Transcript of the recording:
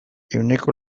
ehuneko